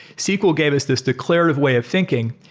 sql gave us this declarative way of thinking.